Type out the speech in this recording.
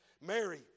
Mary